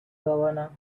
governor